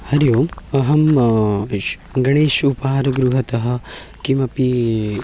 हरिः ओम् अहं इश् गणेश् उपहारगृहतः किमपि